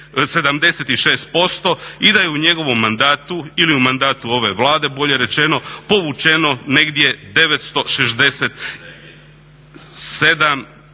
76% i da je u njegovom mandatu ili u mandatu ove Vlade bolje rečeno povučeno negdje 967